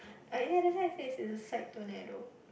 ah ya that's why I said is a side tornado